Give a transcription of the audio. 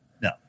No